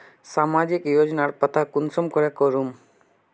सामाजिक योजनार पता कुंसम करे करूम?